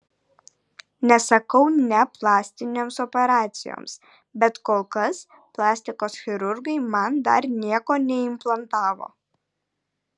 nesakau ne plastinėms operacijoms bet kol kas plastikos chirurgai man dar nieko neimplantavo